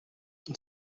and